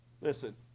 Listen